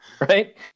right